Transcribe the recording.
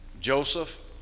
Joseph